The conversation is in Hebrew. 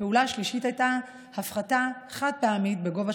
הפעולה השלישית הייתה הפחתה חד-פעמית בגובה